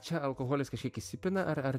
čia alkoholis kažkiek įsipina ar ar